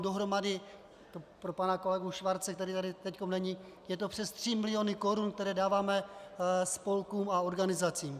Dohromady pro pana kolegu Schwarze, který tady teď není je to přes tři miliony korun, které dáváme spolkům a organizacím.